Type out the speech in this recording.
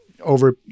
over